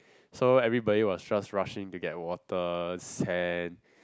so everybody was just rushing to get water sand